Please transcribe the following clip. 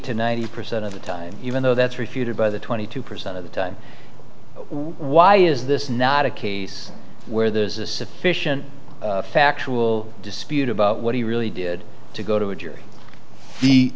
to ninety percent of the time even though that's refuted by the twenty two percent of the time why is this not a case where there is a sufficient factual dispute about what he really did to go